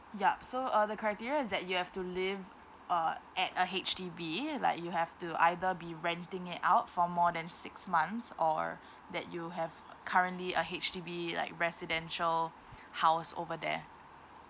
yup so uh the criteria is that you have to live uh at a H_D_B like you have to either be renting it out for more than six months or that you have currently a H_D_B like residential house over there